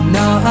Now